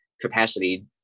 capacity